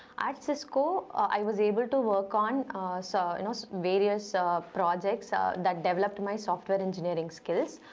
at cisco i was able to work on so and so various ah projects so that developed my software engineering skills.